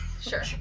Sure